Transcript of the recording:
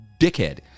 Dickhead